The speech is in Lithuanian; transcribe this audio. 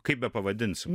kaip bepavadinsim